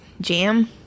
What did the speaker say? jam